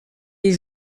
les